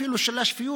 אפילו של השפיות.